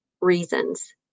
reasons